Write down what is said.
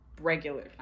regular